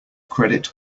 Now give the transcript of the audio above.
credit